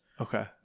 Okay